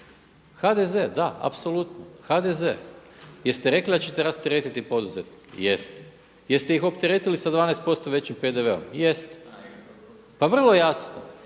HDZ da apsolutno. Jeste rekli da ćete rasteretiti poduzetnike? Jeste. Jeste li ih opteretili sa 12% većim PDV-om? Jeste. Pa vrlo jasno,